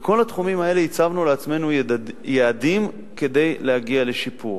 בכל התחומים האלה הצבנו לעצמנו יעדים כדי להגיע לשיפור.